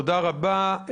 תודה רבה.